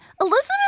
Elizabeth